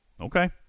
Okay